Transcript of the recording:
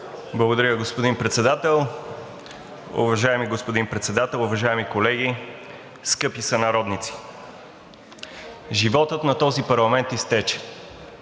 Благодаря, господин Председател. Уважаеми господин Председател, уважаеми колеги, скъпи сънародници! Животът на този парламент изтече.